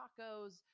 tacos